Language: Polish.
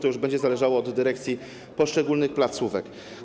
To już będzie zależało od dyrekcji poszczególnych placówek.